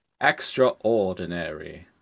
Extraordinary